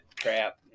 crap